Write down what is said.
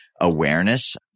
awareness